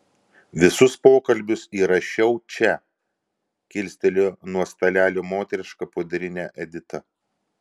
visus pokalbius įrašiau čia kilstelėjo nuo stalelio moterišką pudrinę edita